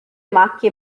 macchie